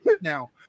now